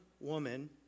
woman